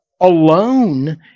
alone